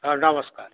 ହଁ ନମସ୍କାର